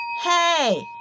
Hey